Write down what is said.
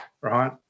right